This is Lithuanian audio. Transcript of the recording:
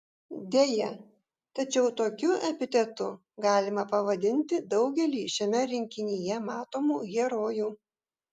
deja tačiau tokiu epitetu galima pavadinti daugelį šiame rinkinyje matomų herojų